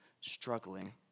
struggling